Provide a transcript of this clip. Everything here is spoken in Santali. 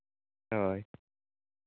ᱦᱳᱭ